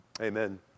amen